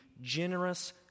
generous